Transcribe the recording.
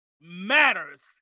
matters